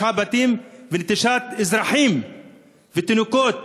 הריסת תשעה בתים ונטישת אזרחים ותינוקות